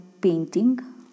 painting